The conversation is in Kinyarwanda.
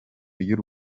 ry’u